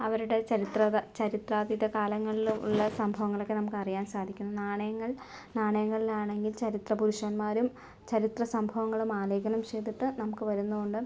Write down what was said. അവരുടെ ചരിത്ര കാ ചരിത്രാതീത കാലങ്ങളിലുള്ള സംഭവങ്ങളൊക്കെ നമുക്ക് അറിയാൻ സാധിക്കും നാണയങ്ങൾ നാണയങ്ങളിലാണെങ്കിൽ ചരിത്ര പുരുഷന്മാരും ചരിത്ര സംഭവങ്ങളും ആലേഖനം ചെയ്തിട്ട് നമുക്ക് വരുന്നുമുണ്ട്